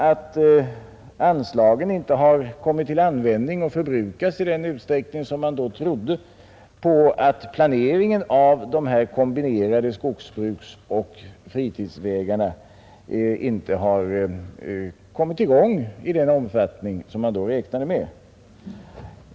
Att anslagen inte kommit till användning och förbrukats i den utsträckning som man då trodde beror förmodligen på att planeringen av dessa kombinerade skogsbruksoch fritidsvägar inte kom i gång i den omfattning som man räknade med.